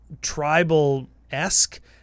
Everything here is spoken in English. tribal-esque